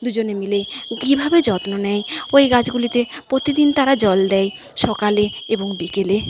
দুজনে মিলে কীভাবে যত্ন নেয় ওই গাছগুলিতে প্রতিদিন তারা জল দেয় সকালে এবং বিকেলে